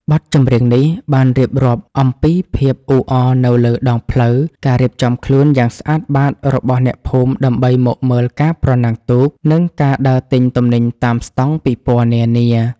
បទចម្រៀងនេះបានរៀបរាប់អំពីភាពអ៊ូអរនៅលើដងផ្លូវ ការរៀបចំខ្លួនយ៉ាងស្អាតបាតរបស់អ្នកភូមិដើម្បីមកមើលការប្រណាំងទូក និងការដើរទិញទំនិញតាមស្តង់ពិព័រណ៍នានា។